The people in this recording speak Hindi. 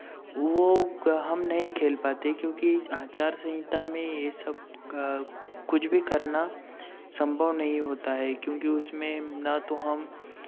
वो हम नहीं खेल पाते क्योंकि आचारसंहिता में ये सब कुछ भी करना संभव नहीं होता है क्योंकि उसमें ना तो हम